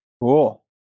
Cool